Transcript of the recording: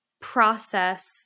process